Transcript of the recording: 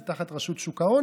זה תחת רשות שוק ההון,